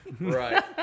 Right